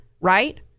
Right